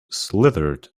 slithered